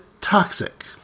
toxic